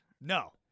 No